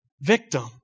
victim